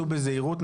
סעו בזהירות,